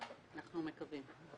אנחנו מקווים.